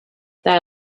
their